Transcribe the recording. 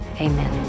Amen